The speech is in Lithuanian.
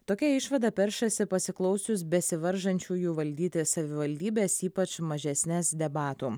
tokia išvada peršasi pasiklausius besivaržančiųjų valdyti savivaldybes ypač mažesnes debatų